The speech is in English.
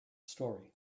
story